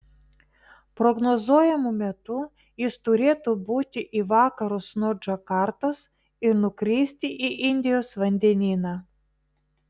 prognozuojamu metu jis turėtų būti į vakarus nuo džakartos ir nukristi į indijos vandenyną